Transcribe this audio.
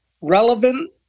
relevant